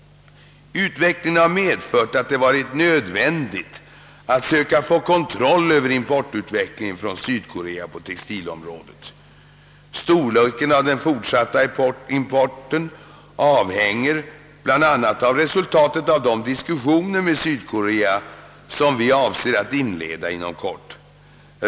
Utvecklingen har medfört att det varit nödvändigt att söka få kontroll över importutvecklingen från Sydkorea på textilområdet. Storleken av den fortsatta importen avhänger bl.a. av resultatet av de diskussioner med Sydkorea, som vi avser att inleda inom kort.